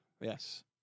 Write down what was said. Yes